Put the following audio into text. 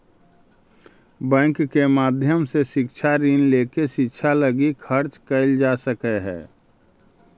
bank के माध्यम से शिक्षा ऋण लेके शिक्षा लगी खर्च कैल जा सकऽ हई